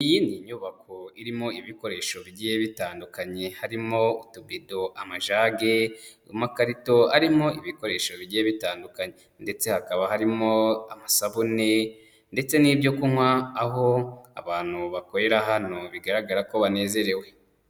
Iyi ni inyubako irimo ibikoresho bigiye bitandukanye harimo utubido, amajage, amakarito arimo ibikoresho bigiye bitandukanye ndetse hakaba harimo amasabune ndetse n'ibyo kunywa, aho abantu bakorera hano bigaragara ko banezerewe.